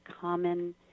common